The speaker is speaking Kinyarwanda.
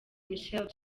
michael